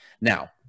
Now